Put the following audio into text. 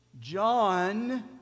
John